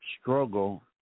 struggle